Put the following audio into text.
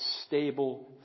stable